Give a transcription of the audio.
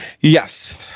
Yes